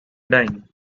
dyeing